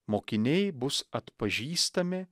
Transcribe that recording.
mokiniai bus atpažįstami